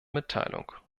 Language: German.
mitteilung